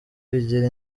bigira